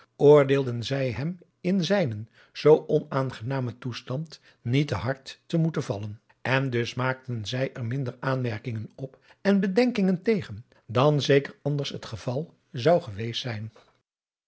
oordeelden zij hem in zijnen zoo onaangenamen toestand niet te hard te moeten vallen en dus maakten zij er minder aanmerkingen op en bedenkingen tegen dan zeker anders het geval zou geweest zijn